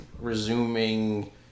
resuming